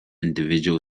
individual